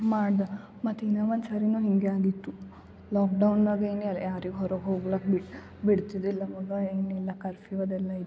ಮಾಡ್ದೆ ಮತ್ತು ಇನ್ನು ಒಂದು ಸರಿನು ಹಿಂಗೇ ಆಗಿತ್ತು ಲಾಕ್ ಡೌನ್ನಾಗೆ ಇನ್ನರೆ ಯಾರಿಗೆ ಹೊರಗೆ ಹೋಗ್ಲಕ್ಕೆ ಬಿಡ್ತಿರಲಿಲ್ಲ ಮೊದ್ಲು ಹಿಂಗಿರಲಿಲ್ಲ ಕರ್ಫ್ಯೂ ಅದೆಲ್ಲ ಇತ್ತು